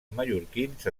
mallorquins